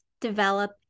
develop